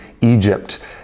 Egypt